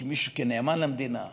כמי שנאמן למדינה וכו'